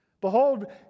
Behold